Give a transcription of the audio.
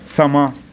ਸਮਾਂ